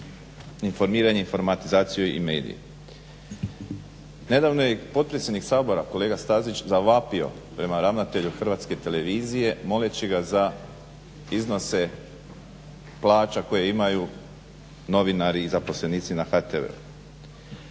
informiranje, informatizaciju i medije. Nedavno je potpredsjednik Sabora kolega Stazić zavapio prema ravnatelju Hrvatske televizije moleći ga za iznose plaća koje imaju novinari i zaposlenici na HTV-u.